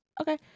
Okay